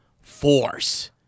force